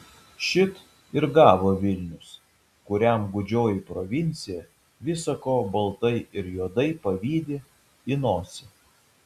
šit ir gavo vilnius kuriam gūdžioji provincija visa ko baltai ir juodai pavydi į nosį